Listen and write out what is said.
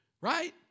right